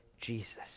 jesus